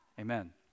Amen